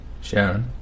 Sharon